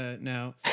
now